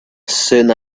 soon